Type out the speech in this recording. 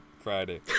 Friday